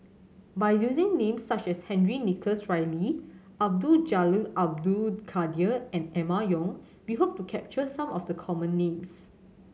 by using names such as Henry Nicholas Ridley Abdul Jalil Abdul Kadir and Emma Yong we hope to capture some of the common names